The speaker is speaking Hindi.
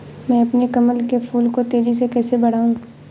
मैं अपने कमल के फूल को तेजी से कैसे बढाऊं?